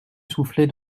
souffler